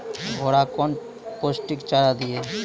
घोड़ा कौन पोस्टिक चारा दिए?